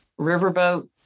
riverboat